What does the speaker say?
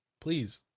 please